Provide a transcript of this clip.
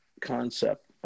concept